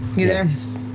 yes.